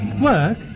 Work